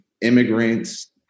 immigrants